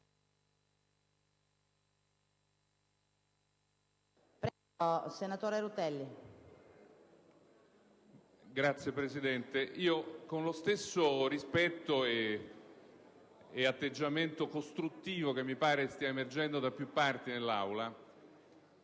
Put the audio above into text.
Signora Presidente, con lo stesso rispetto e atteggiamento costruttivo che mi pare stia emergendo da più parti nell'Assemblea,